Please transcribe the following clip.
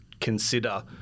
consider